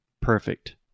Perfect